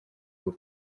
pour